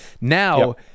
Now